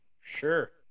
Sure